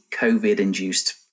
COVID-induced